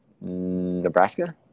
Nebraska